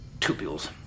tubules